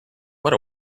what